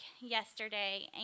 yesterday